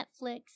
Netflix